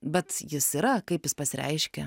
bet jis yra kaip jis pasireiškia